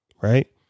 Right